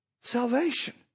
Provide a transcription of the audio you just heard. salvation